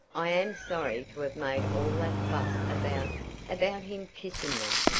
i am sorry to have made all that fuss about about him kissing me.